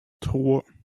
trois